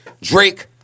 Drake